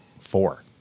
four